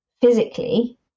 physically